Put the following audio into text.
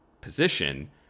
position